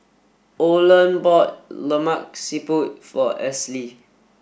Olen bought Lemak Siput for Esley